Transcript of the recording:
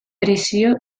presio